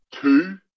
Two